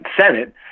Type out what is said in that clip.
Senate